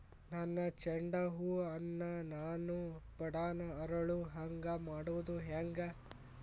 ನನ್ನ ಚಂಡ ಹೂ ಅನ್ನ ನಾನು ಬಡಾನ್ ಅರಳು ಹಾಂಗ ಮಾಡೋದು ಹ್ಯಾಂಗ್?